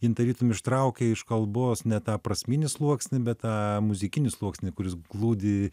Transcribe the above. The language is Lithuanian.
jin tarytum ištraukia iš kalbos ne tą prasminį sluoksnį bet tą muzikinį sluoksnį kuris glūdi